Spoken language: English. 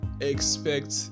expect